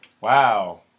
Wow